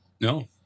No